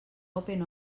open